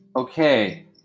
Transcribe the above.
Okay